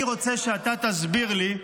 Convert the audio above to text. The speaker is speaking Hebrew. אני רוצה שאתה תסביר לי,